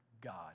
God